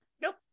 Nope